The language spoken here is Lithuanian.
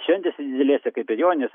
šventėse nedidelėse kaip per jonines ar